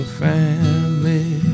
family